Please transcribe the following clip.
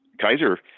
Kaiser